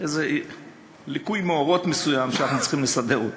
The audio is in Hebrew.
זה איזה ליקוי מאורות מסוים שאנחנו צריכים לסדר אותו.